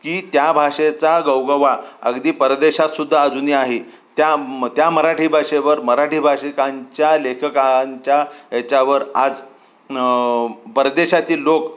की त्या भाषेचा गवगवा अगदी परदेशातसुद्धा अजूनही आहे त्या म त्या मराठी भाषेवर मराठी भाषिकांच्या लेखकांच्या याच्यावर आज परदेशातील लोक